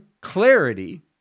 clarity